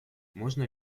можно